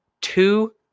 two